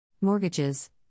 Mortgages